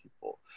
people